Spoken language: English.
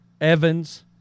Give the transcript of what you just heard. Evans